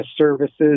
services